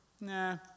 Nah